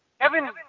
Kevin